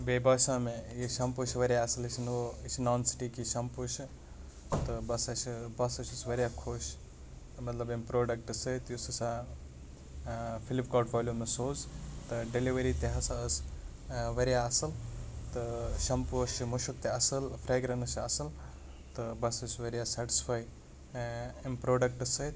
بیٚیہِ باسیٛاو مےٚ یہِ شَمپوٗ چھِ واریاہ اصٕل یہِ چھِ نو یہِ چھُ نان سِٹیکی شَمپوٗ چھِ تہٕ بہٕ ہَسا چھُ بہٕ ہَسا چھُس واریاہ خۄش مطلب اَمہِ پرٛوڈَکٹہٕ سۭتۍ یُس ہَسا ٲں فِلِپکارٹ والیٚو مےٚ سوٗز تہٕ ڈیٚلِؤری تہِ ہَسا ٲس ٲں واریاہ اصٕل تہٕ شَمپوٗوَس چھِ مُشُک تہِ اصٕل فرٛیٚگرَنٕس چھِ اصٕل تہٕ بہٕ ہَسا چھُس واریاہ سیٚٹٕسفاے ٲں اَمہِ پرٛوڈَکٹہٕ سۭتۍ